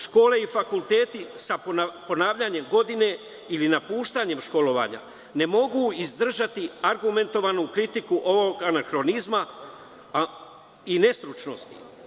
Škole i fakulteti sa ponavljanjem godine ili napuštanjem školovanja, ne mogu izdržati argumentovanu kritiku ovog anahronizma i nestručnosti.